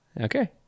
Okay